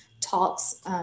talks